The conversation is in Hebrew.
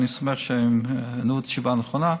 אני סומך שהם ענו תשובה נכונה,